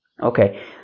Okay